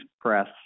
press